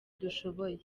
dushoboye